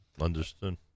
Understood